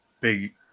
big